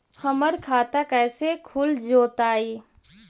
हमर खाता कैसे खुल जोताई?